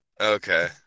Okay